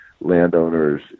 landowners